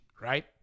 right